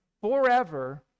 forever